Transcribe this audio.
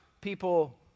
people